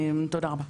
תודה רבה.